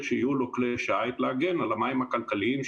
שיהיו לו כלי שיט להגן על המים הכלכליים,